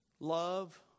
Love